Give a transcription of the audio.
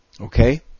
Okay